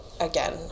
again